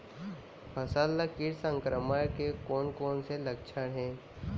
फसल म किट संक्रमण के कोन कोन से लक्षण हे?